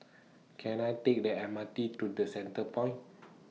Can I Take The M R T to The Centrepoint